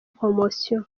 poromosiyo